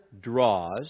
draws